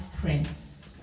Prince